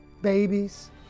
babies